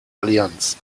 allianz